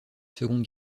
seconde